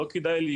לא כדאי לי?